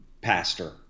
pastor